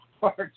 parts